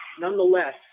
Nonetheless